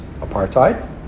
apartheid